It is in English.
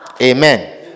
amen